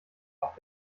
auf